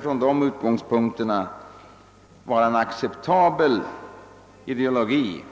Från de utgångspunkterna kan det inte vara en acceptabel ideologi